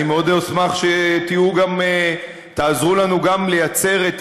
אני מאוד אשמח שתעזרו לנו גם לייצר את